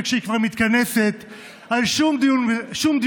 וכשהיא כבר מתכנסת אין שום דיון רציני,